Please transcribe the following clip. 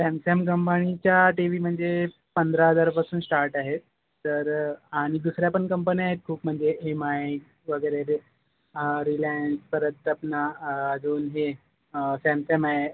Samsung कंपनीच्या TV म्हणजे पंधरा हजारापासून स्टार्ट आहे तर आणि दुसऱ्या पण कंपन्या आहेत खूप म्हणजे एम आय वगैरे जे रिलायन्स परत अपना अजून हे सॅमसॅम आहे